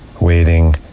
waiting